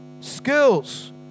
skills